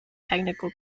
technical